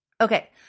Okay